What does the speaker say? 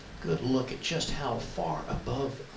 good look at just how far above